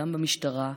גם במשטרה,